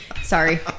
Sorry